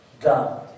done